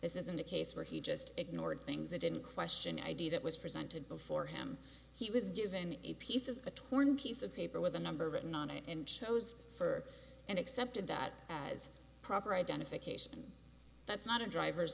isn't a case where he just ignored things they didn't question the idea that was presented before him he was given a piece of a torn piece of paper with a number written on it and chose for and accepted that as proper identification that's not a driver's